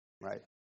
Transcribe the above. Right